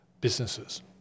businesses